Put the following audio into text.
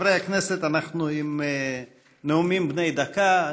חברי הכנסת, אנחנו בנאומים בני דקה.